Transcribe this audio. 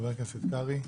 חבר הכנסת קרעי.